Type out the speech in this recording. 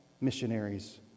missionaries